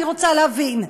אני רוצה להבין.